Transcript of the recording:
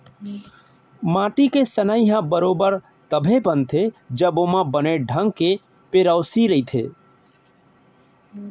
माटी के सनई ह बरोबर तभे बनथे जब ओमा बने ढंग के पेरौसी रइथे